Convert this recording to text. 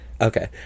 Okay